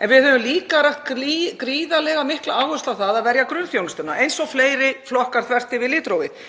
En við höfum líka lagt gríðarlega mikla áherslu á að verja grunnþjónustuna eins og fleiri flokkar, þvert yfir litrófið,